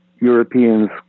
Europeans